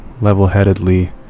level-headedly